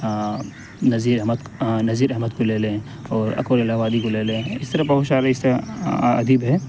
نظیر احمد نظیر احمد کو لے لیں اور اکبر الہ آبادی کو لے لیں اس طرح بہت سارے ادیب ہیں